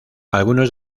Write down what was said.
algunos